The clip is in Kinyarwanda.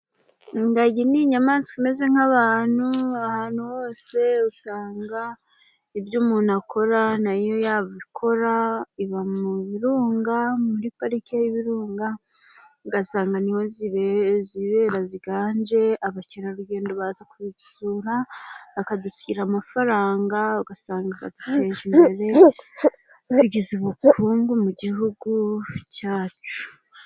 Ingagi ni inyamaswa imeze nk'abantu, ahantu hose usanga ibyo umuntu akora na yo yabikora, iba mu birunga muri parike y'Ibirunga, ugasanga ni ho zibera ziganje abakerarugendo baza kuzisura bakadusigira amafaranga, ugasanga aduteje imbere, tugize ubukungu mu Gihugu cyacu.